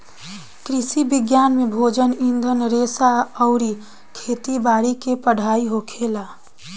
कृषि विज्ञान में भोजन, ईंधन रेशा अउरी खेती बारी के पढ़ाई होखेला